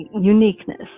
uniqueness